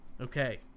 okay